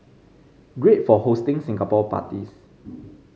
great for hosting Singapore parties